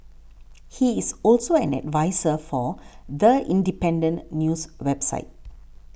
he is also an adviser for The Independent news website